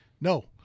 no